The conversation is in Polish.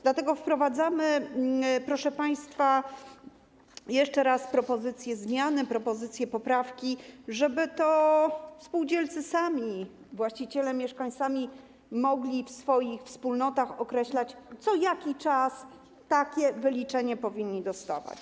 Dlatego mamy, proszę państwa, jeszcze raz propozycję zmiany, propozycję poprawki, żeby to spółdzielcy, właściciele mieszkań sami mogli w swoich wspólnotach określać, co jaki czas takie wyliczenie powinni dostawać.